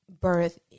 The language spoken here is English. birth